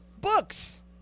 books